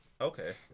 Okay